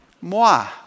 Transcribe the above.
Moi